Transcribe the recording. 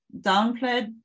downplayed